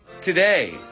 today